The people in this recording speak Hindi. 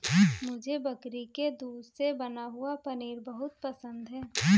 मुझे बकरी के दूध से बना हुआ पनीर बहुत पसंद है